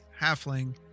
halfling